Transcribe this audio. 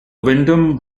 windom